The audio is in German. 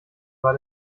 war